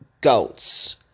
GOATS